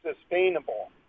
sustainable